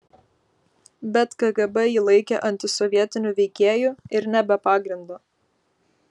bet kgb jį laikė antisovietiniu veikėju ir ne be pagrindo